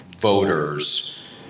voters